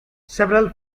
several